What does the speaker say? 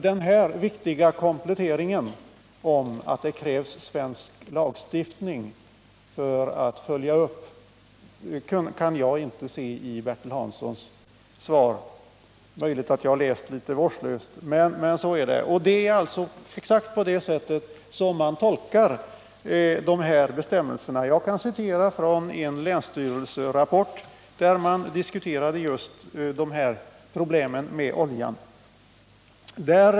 Den viktiga kompletteringen att det krävs svensk lagstiftning för att konventionen skall bli tillämplig kan jag inte finna i Bertil Hanssons svar. Det är möjligt att jag har läst svaret litet vårdslöst, men jag har inte funnit något sådant uttalande. Det är alltså exakt så som jag tidigare redovisade som man tolkar de här konventionsbestämmelserna. Jag kan citera från en länsstyrelserapport, där man diskuterade just de här problemen med oljan.